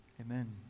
amen